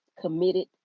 committed